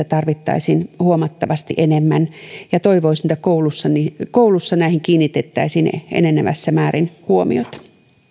tarvittaisiin huomattavasti enemmän ja toivoisin että koulussa näihin kiinnitettäisiin enenevässä määrin huomiota